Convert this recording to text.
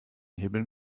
hebeln